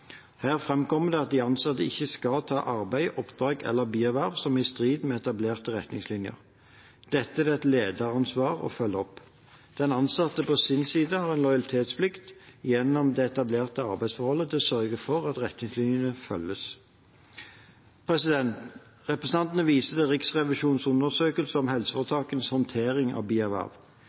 Her framkommer det at de ansatte ikke skal ta arbeid, oppdrag eller bierverv som er i strid med etablerte retningslinjer. Dette er det et lederansvar å følge opp. Den ansatte på sin side har en lojalitetsplikt gjennom det etablerte arbeidsforholdet til å sørge for at retningslinjene følges. Representanten viser til Riksrevisjonens undersøkelse av helseforetakenes håndtering av